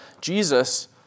Jesus